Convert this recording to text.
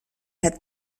had